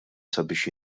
sabiex